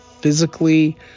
physically